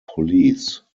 police